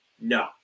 No